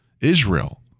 Israel